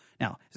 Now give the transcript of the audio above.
Now